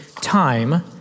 time